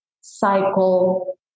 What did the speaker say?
cycle